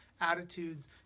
attitudes